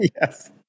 yes